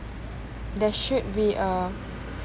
there should be a